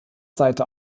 seite